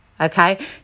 Okay